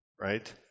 right